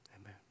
Amen